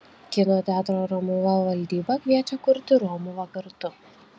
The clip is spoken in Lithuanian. kino teatro romuva valdyba kviečia kurti romuvą kartu